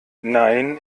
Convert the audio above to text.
nein